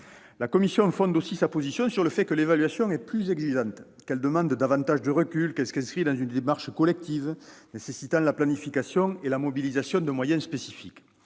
La commission fonde aussi sa position sur le fait que l'évaluation est plus exigeante, qu'elle demande davantage de recul, qu'elle s'inscrit dans une démarche collective nécessitant la planification et la mobilisation de moyens spécifiques,